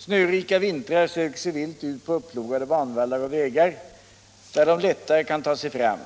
Snörika vintrar söker sig vilt ut på upplogade banvallar och vägar där . Om avlivning av de lättare kan ta sig fram.